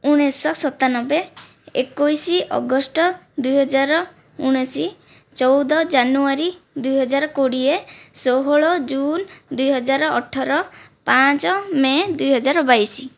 ଉଣାଇଶ ସତାନବେ ଏକୋଇଶ ଅଗଷ୍ଟ ଦୁଇହଜାର ଉଣାଇଶ ଚଉଦ ଜାନୁଆରୀ ଦୁଇହଜାର କୋଡ଼ିଏ ଷୋହଳ ଜୁନ ଦୁଇହଜାର ଅଠର ପାଞ୍ଚ ମେ' ଦୁଇହଜାର ବାଇଶ